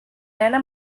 nena